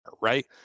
right